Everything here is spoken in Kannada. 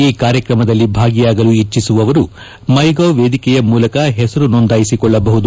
ಈ ಕಾರ್ಯಕ್ರಮದಲ್ಲಿ ಭಾಗಿಯಾಗಲು ಇಚ್ಚಿಸುವವರು ಮೈ ಗವ್ ವೇದಿಕೆಯ ಮೂಲಕ ಹೆಸರು ನೋಂದಾಯಿಸಿಕೊಳ್ಳಬಹುದು